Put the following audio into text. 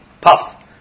puff